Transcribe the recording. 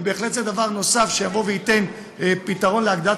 ובהחלט זה דבר נוסף שייתן פתרון להגדלה,